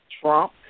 Trump